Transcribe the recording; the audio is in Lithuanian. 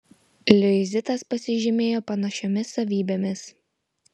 liuizitas pasižymėjo panašiomis savybėmis